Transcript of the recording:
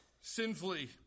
sinfully